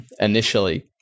initially